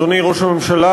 אדוני ראש הממשלה,